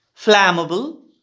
flammable